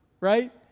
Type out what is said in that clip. right